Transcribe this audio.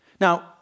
Now